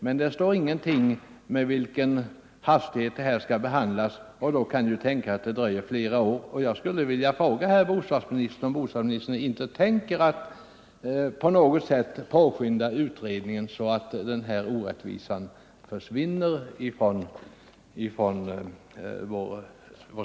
Men det står ingenting om med vilken hastighet ärendet skall behandlas, och då kan det ju tänkas att det dröjer flera år.